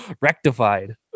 rectified